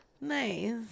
Nice